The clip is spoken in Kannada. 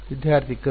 ವಿದ್ಯಾರ್ಥಿ ಕರ್ಲ್